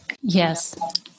Yes